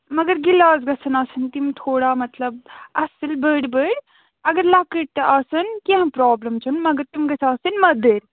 مگر گِلاس گَژھَن آسٕنۍ تِم تھوڑا مطلب اَصٕل بٔڑۍ بٔڑۍ اگر لۄکٕٹۍ تہِ آسَن کیٚنٛہہ پرٛابلِم چھِنہٕ مگر تِم گٔژھۍ آسٕنۍ مٔدٕرۍ